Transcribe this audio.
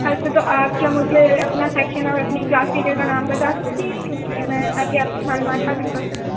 کل سے تو آپ کیا مجھے اپنا سیکشن اور اپنی کلاس ٹیچر کا نام بتا سکتی ہیں کیونکہ میں تاکہ آپ کی معلومات حاصل کر سکوں